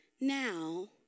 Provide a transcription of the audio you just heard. now